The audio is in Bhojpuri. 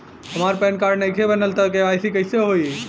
हमार पैन कार्ड नईखे बनल त के.वाइ.सी कइसे होई?